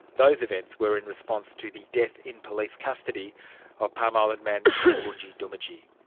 those events were in response to the death in police custody of palm island man mulrunji doomadgee.